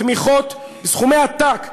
תמיכות בסכומי עתק,